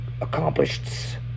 accomplished